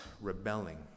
rebelling